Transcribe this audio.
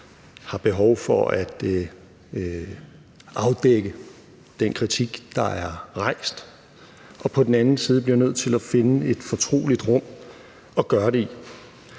har behov for at afdække den kritik, der er rejst, og på den anden side bliver nødt til at finde et fortroligt rum at gøre det i.